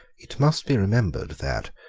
it must be remembered that,